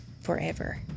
forever